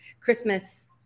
Christmas